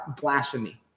Blasphemy